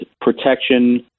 protection